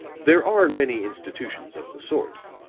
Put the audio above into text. there are many institutions of the sort,